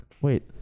Wait